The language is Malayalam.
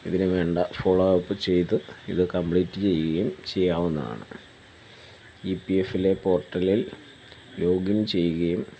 ഇതിന് വേണ്ട ഫോളോഅപ്പ് ചെയ്ത് ഇത് കംപ്ലീറ്റ് ചെയ്യുകയും ചെയ്യാവുന്നതാണ് ഇ പി എഫിലെ പോർട്ടലിൽ ലോഗിൻ ചെയ്യുകയും